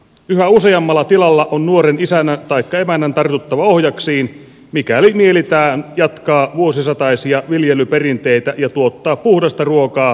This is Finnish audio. yhä useammalla tilalla on nuoren isännän taikka emännän tartuttava ohjaksiin mikäli mielitään jatkaa vuosisataisia viljelyperinteitä ja tuottaa puhdasta ruokaa suomalaisille kuluttajille